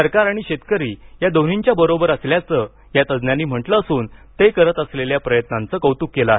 सरकार आणि शेतकरी या दोन्हींच्या बरोबर असल्याचं या तज्ज्ञांनी म्हटलं असून ते करत असलेल्या प्रयत्नांचं कौतुक केलं होतं